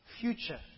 future